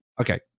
Okay